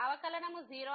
అవకలనము 0 అవుతుంది